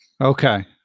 Okay